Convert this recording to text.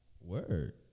Word